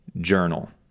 journal